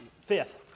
fifth